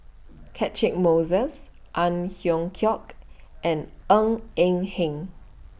Catchick Moses Ang Hiong Chiok and Ng Eng Hen